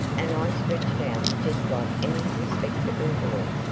and i stretched out just like any respectable boy,